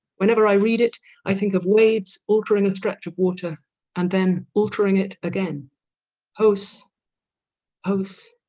whenever i read it i think of waves altering a stretch of water and then altering it again posts posts